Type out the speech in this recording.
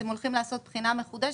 אתם הולכים לעשות בחינה מחודשת,